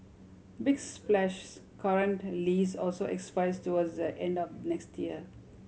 big Splash's current lease also expires towards the end of next year